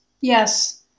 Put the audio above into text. Yes